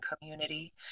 community